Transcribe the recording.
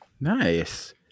Nice